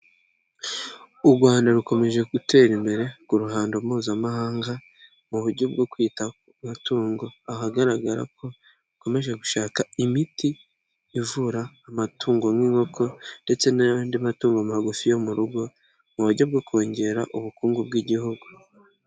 U Rwanda rukomeje gutera imbere, ku ruhando mpuzamahanga mu buryo bwo kwita ku amatungo. Ahagaragara ko hakomeje gushaka imiti ivura amatungo nk'inkoko ndetse n'a'yandi matungo magufi yo mu rugo mu buryo bwo kongera ubukungu bw'igihugu.